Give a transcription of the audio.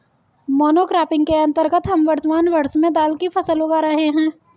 monocropping के अंतर्गत हम वर्तमान वर्ष में दाल की फसल उगा रहे हैं